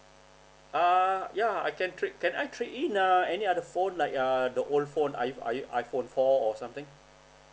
err ya I can trade can I trade in uh any other phone like uh the old phone i~ i~ iphone four or something